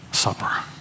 supper